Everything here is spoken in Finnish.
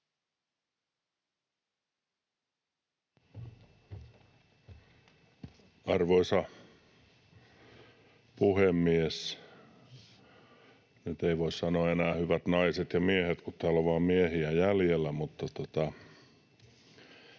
Arvoisa puhemies! Nyt ei voi sanoa enää ”hyvät naiset ja miehet”, kun täällä on vain miehiä jäljellä.